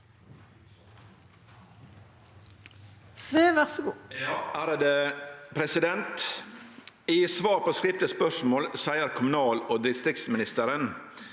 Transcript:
«I svar på skrift- leg spørsmål seier kommunal- og distriktsministeren: